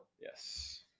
yes